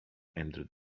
entered